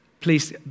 please